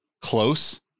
close